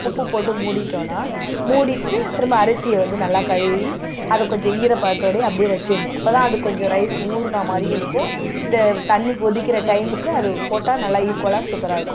உப்பு போட்டு மூடிட்டோம்னா மூடிவிட்டு திரும்ப அரிசியை வந்து நல்லா கழுவி அதை கொஞ்சம் ஈரப்பதத்தோடையே அப்படியே வச்சிடணும் அப்போ தான் அது கொஞ்சம் ரைஸ் ஊறுனா மாதிரியும் இருக்கும் இந்த தண்ணி கொதிக்கிற டைமுக்கு அது போட்டால் நல்லா ஈக்குவலாக சூப்பராக இருக்கும்